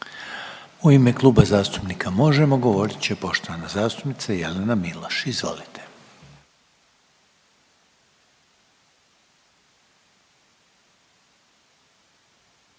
u ime Kluba zastupnika HDZ-a govoriti poštovana zastupnica Marijana Balić, izvolite.